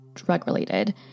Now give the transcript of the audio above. drug-related